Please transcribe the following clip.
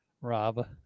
Rob